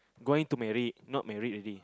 going to married not married already